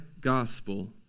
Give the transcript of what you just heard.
gospel